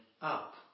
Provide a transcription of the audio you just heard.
up